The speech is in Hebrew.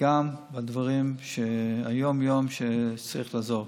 גם בדברים של היום-יום שצריך לעזור.